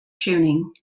tuning